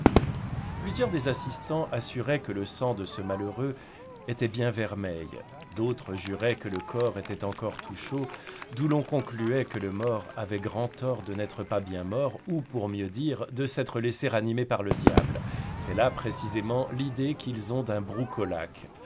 plusieurs des assistans assuraient que le sang de ce malheureux était bien vermeil d'autres juraient que le corps était encore tout chaud d'où l'on concluait que le mort avait grand tort de n'être pas bien mort ou pour mieux dire de s'être laissé ranimer par le diable c'est là précisément l'idée qu'ils ont d'un broucolaque